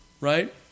right